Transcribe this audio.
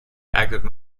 active